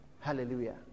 Hallelujah